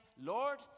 Lord